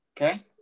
okay